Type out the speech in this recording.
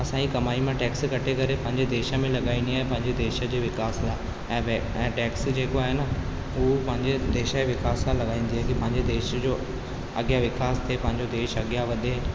असांजी कमाई मां टैक्स कटे करे पंहिंजे देश में लॻांईंदी आहे पंहिंजे देश जो विकास ऐं ऐं टैक्स जेको आहे न उहा पंहिंजे देश यो विकास सां लॻाईंदी पंहिंजे देश जो अॻियां विकास त पंहिंजो देश अॻियां वधे